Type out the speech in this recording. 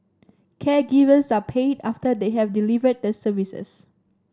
caregivers are paid after they have delivered the service